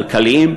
כלכליים,